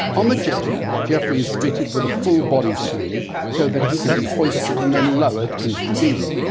on the jetty geoffrey is fitted with a full body sling so that he can be hoisted and then lowered into the dinghy.